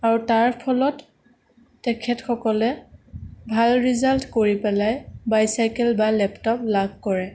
আৰু তাৰ ফলত তেখেতসকলে ভাল ৰিজাল্ট কৰি পেলাই বাইচাইকেল বা লেপটপ লাভ কৰে